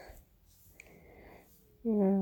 ya